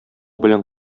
белән